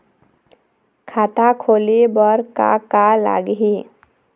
खाता खोले बर का का लगही?